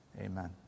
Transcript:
amen